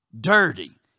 Dirty